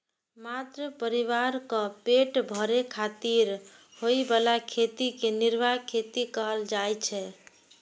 मात्र परिवारक पेट भरै खातिर होइ बला खेती कें निर्वाह खेती कहल जाइ छै